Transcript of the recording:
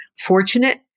fortunate